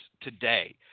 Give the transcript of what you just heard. today